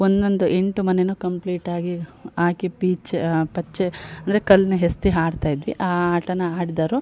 ಒಂದೊಂದು ಎಂಟು ಮನೇನ ಕಂಪ್ಲೀಟ್ ಆಗಿ ಹಾಕಿ ಪೀಚು ಪಚ್ಚೆ ಅಂದರೆ ಕಲ್ಲನ್ನ ಎಸ್ದು ಆಡ್ತಾ ಇದ್ವಿ ಆ ಆಟ ಆಡ್ದೋರು